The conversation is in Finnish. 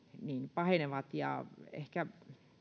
pahenevat ja